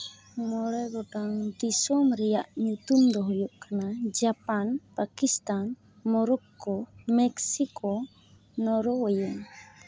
ᱢᱚᱬᱮ ᱜᱚᱴᱟᱝ ᱫᱤᱥᱚᱢ ᱨᱮᱭᱟᱜ ᱧᱩᱛᱩᱢ ᱫᱚ ᱦᱩᱭᱩᱜ ᱠᱟᱱᱟ Japan Pakistan Morocco Mexico Norway